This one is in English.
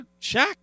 Shaq